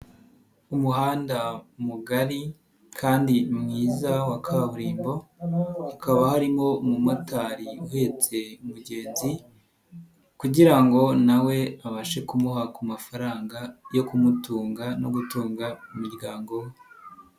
Umuhanda mugari kandi mwiza wa kaburimbo, hakaba arimo umumotari utse umugenzi kugira nawe abashe kumuha ku mafaranga yo kumutunga no gutunga umuryango we.